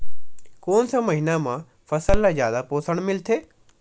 कोन से महीना म फसल ल जादा पोषण मिलथे?